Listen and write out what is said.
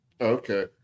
Okay